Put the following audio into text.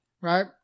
Right